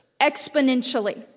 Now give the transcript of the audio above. exponentially